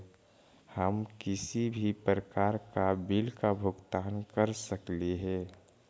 हम किसी भी प्रकार का बिल का भुगतान कर सकली हे?